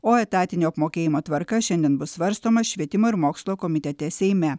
o etatinio apmokėjimo tvarka šiandien bus svarstoma švietimo ir mokslo komitete seime